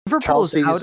Chelsea